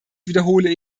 wiederhole